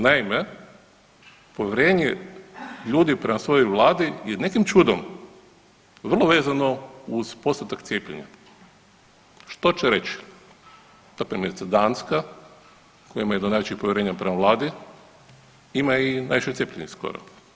Naime, povjerenje ljudi prema svojoj vladi je nekim čudom vrlo vezano uz postotak cijepljenje, što će reći da primjerice Danska koja ima jedno od najvećih povjerenja prema vladi ima i najviše cijepljenih skoro.